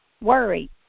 worry